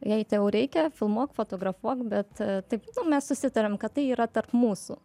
jei tau reikia filmuok fotografuok bet taip mes susitarėm kad tai yra tarp mūsų